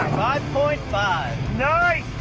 five point five! nice!